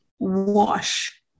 wash